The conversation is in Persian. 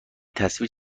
تصویر